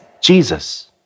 Jesus